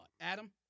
Adam